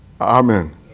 Amen